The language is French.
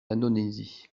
indonésie